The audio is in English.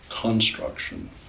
construction